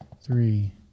three